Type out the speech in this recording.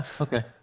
okay